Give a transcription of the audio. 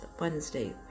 Wednesday